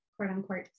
quote-unquote